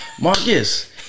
Marcus